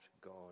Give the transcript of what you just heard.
God